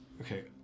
Okay